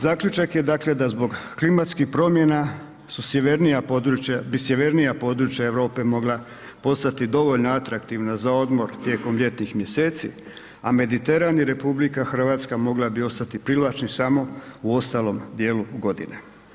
Zaključak je dakle da zbog klimatskih promjena su sjevernija područja, bi sjevernija područja Europe mogla postati dovoljno atraktivna za odmor tijekom ljetnih mjeseci, a Mediteran i Republika Hrvatska mogla bi ostati privlačni samo u ostalom dijelu godine.